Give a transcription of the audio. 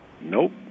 Nope